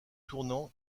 tournant